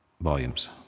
volumes